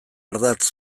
ardatz